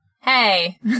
Hey